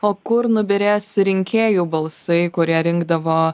o kur nubyrės rinkėjų balsai kurie rinkdavo